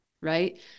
right